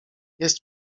jest